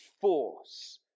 force